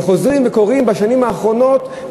שחוזרים וקורים בשנים האחרונות,